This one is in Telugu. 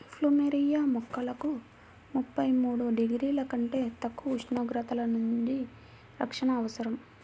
ప్లూమెరియా మొక్కలకు ముప్పై మూడు డిగ్రీల కంటే తక్కువ ఉష్ణోగ్రతల నుండి రక్షణ అవసరం